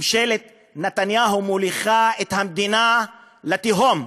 ממשלת נתניהו מוליכה את המדינה לתהום.